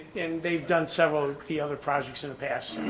and they've done several of the other projects in the past.